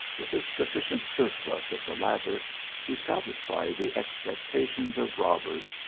with a sufficient surplus of the latter to satisfy the expectations of robbers,